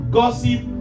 gossip